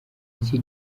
iki